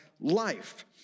life